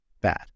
bad